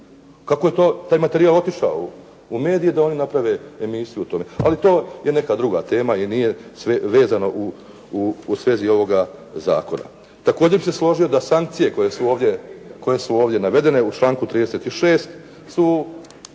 Kako je to, taj materijal otišao u medije, da oni naprave emisiju o tome. Ali to je neka druga tema i nije vezano u svezi ovoga zakona. Također bih se složio da sankcije koje su ovdje navedene u članku 36. su